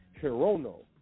Hirono